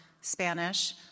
Spanish